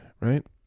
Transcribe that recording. right